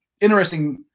interesting